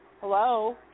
Hello